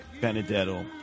Benedetto